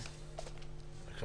אני מחדש